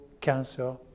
cancer